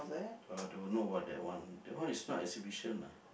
uh don't know what that one that one is not exhibition lah